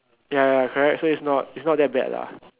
ya correct so it's not it's not that bad lah